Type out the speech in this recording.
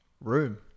Room